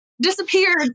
disappeared